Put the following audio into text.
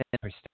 percent